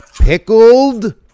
pickled